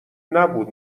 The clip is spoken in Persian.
نبود